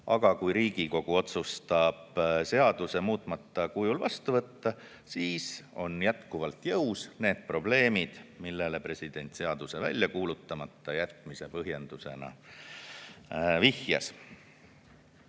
aga kui Riigikogu otsustab seaduse muutmata kujul vastu võtta, siis on jätkuvalt [lahendamata] probleemid, millele president seaduse välja kuulutamata jätmise põhjendusena vihjas.